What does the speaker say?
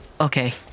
okay